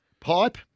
Pipe